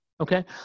Okay